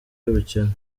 y’ubukene